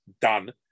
done